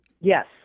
Yes